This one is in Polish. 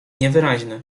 niewyraźny